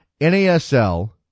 NASL